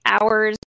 hours